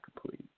complete